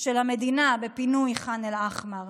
של המדינה בפינוי ח'אן אל-אחמר.